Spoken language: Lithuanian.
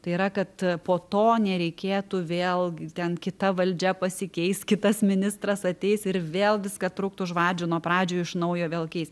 tai yra kad po to nereikėtų vėl gi ten kita valdžia pasikeis kitas ministras ateis ir vėl viską trukt už vadžių nuo pradžių iš naujo vėl keis